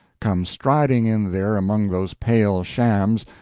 come striding in there among those pale shams,